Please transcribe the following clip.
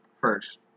First